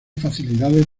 facilidades